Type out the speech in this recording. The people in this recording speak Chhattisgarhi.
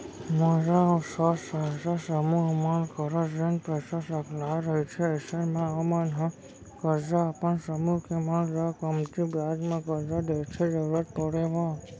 महिला स्व सहायता समूह मन करा जेन पइसा सकलाय रहिथे अइसन म ओमन ह करजा अपन समूह के मन ल कमती बियाज म करजा देथे जरुरत पड़े म